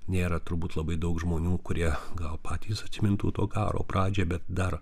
nėra turbūt labai daug žmonių kurie gal patys atsimintų to karo pradžią bet dar